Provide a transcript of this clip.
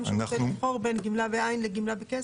שרוצה לבחור בין גמלה בעין לגמלה בכסף?